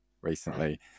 recently